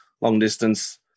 long-distance